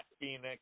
Phoenix